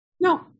No